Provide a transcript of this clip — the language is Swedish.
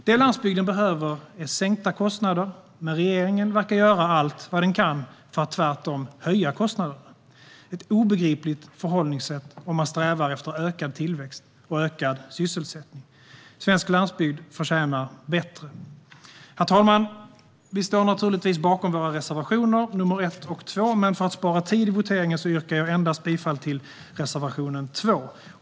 Det landsbygden behöver är sänkta kostnader, men regeringen verkar göra allt den kan för att tvärtom höja kostnaderna. Det är ett obegripligt förhållningssätt om man strävar efter ökad tillväxt och ökad sysselsättning. Svensk landsbygd förtjänar bättre. Herr talman! Vi står naturligtvis bakom våra reservationer, nr 1 och 2, men för att spara tid vid voteringen yrkar jag bifall endast till reservation 2.